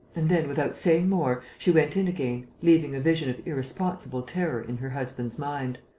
and then, without saying more, she went in again, leaving a vision of irresponsible terror in her husband's mind.